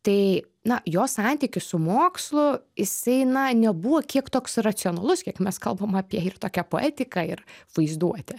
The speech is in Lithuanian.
tai na jo santykis su mokslo jisai na nebuvo kiek toks racionalus kiek mes kalbam apie ir tokią poetiką ir vaizduotę